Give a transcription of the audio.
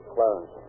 Clarence